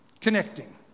connecting